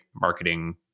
marketing